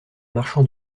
marchant